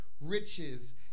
riches